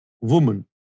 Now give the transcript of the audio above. woman